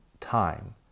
time